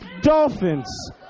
dolphins